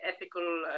ethical